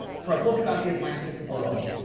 for a book about the atlantic world,